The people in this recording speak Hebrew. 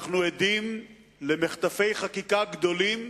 אנחנו עדים למחטפי חקיקה גדולים,